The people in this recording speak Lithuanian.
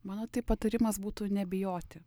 mano tai patarima būsų nebijoti